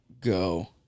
go